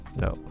No